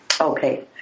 Okay